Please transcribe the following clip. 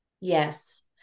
Yes